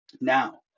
Now